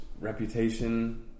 reputation